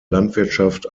landwirtschaft